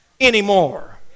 anymore